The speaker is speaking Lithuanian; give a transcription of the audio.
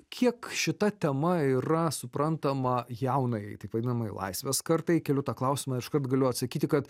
kiek šita tema yra suprantama jaunajai taip vadinamai laisvės kartai keliu tą klausimą iškart galiu atsakyti kad